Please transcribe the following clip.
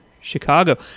Chicago